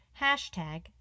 Hashtag